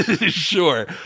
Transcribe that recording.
Sure